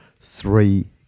three